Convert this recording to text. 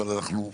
אבל אנחנו,